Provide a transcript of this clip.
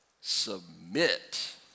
submit